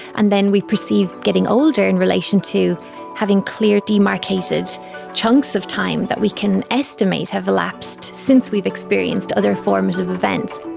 and then we perceive getting older in relation to having clear, demarcated chunks of time that we can estimate have elapsed since we've experienced other forms of events.